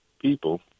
people